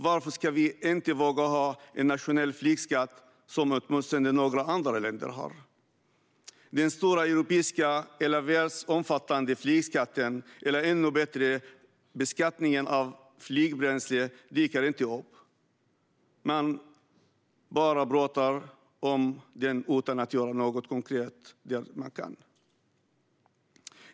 Varför ska vi inte våga ha en nationell flygskatt som åtminstone några andra länder har? Den stora europeiska eller världsomfattande flygskatten eller, ännu bättre, beskattningen av flygbränsle dyker inte upp. Man bara pratar om den utan att göra något konkret där man kan.